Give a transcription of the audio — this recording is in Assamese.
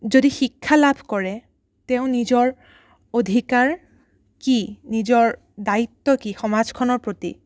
যদি শিক্ষা লাভ কৰে তেওঁ নিজৰ অধিকাৰ কি নিজৰ দায়িত্ব কি সমাজখনৰ প্ৰতি